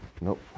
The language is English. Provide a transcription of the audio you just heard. Nope